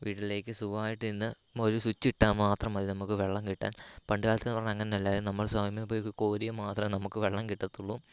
വീട്ടിലേക്ക് സുഖമായിട്ട് നിന്ന് ഒരു സ്വിച്ചിട്ടാൽ മാത്രം മതി നമുക്ക് വെള്ളം കിട്ടാൻ പണ്ട് കാലത്തിലെന്നു പറഞ്ഞാൽ അങ്ങനെ അല്ലായിരുന്നു നമ്മൾ സ്വയമേ പോയി ഒക്കെ കോരിയാൽ മാത്രമെ നമുക്ക് വെള്ളം കിട്ടത്തൊള്ളു